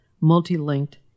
multi-linked